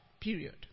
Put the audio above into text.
period